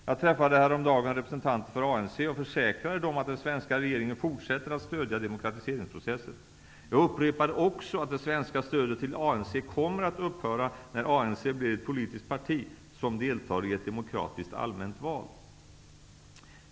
Jag träffade häromdagen representanter för ANC och försäkrade dem att den svenska regeringen fortsätter att stödja demokratiseringsprocessen. Jag upprepade också att det svenska stödet till ANC kommer att upphöra när ANC blir ett politiskt parti, som deltar i ett demokratiskt allmänt val.